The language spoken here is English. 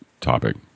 topic